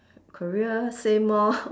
career same orh